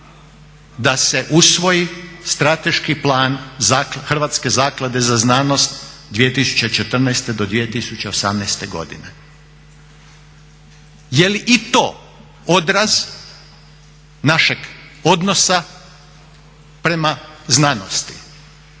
da se usvoji Strateški plan Hrvatske zaklade za znanost 2014. do 2018. godine? Je li i to odraz našeg odnosa prema znanosti?